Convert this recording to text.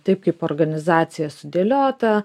taip kaip organizacija sudėliota